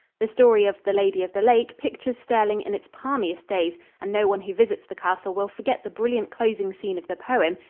the story of the lady of the lake pictures stirling in its palmiest days, and no one who visits the castle will forget the brilliant closing scene of the poem.